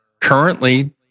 currently